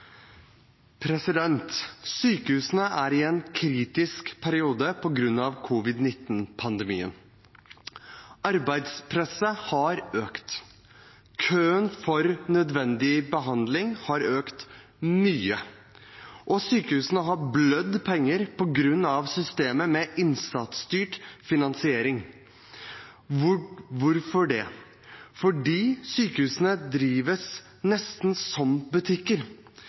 det. Sykehusene er i en kritisk periode på grunn av covid-19-pandemien. Arbeidspresset har økt, køene for nødvendig behandling har økt mye, og sykehusene har blødd penger på grunn av systemet med innsatsstyrt finansiering. Hvorfor det? Fordi sykehusene drives nesten som butikker.